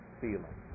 feeling